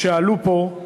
שעלו פה.